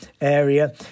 area